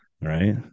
right